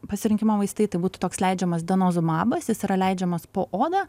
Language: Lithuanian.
pasirinkimo vaistai tai būtų toks leidžiamas denozumabas jis yra leidžiamas po oda